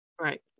Right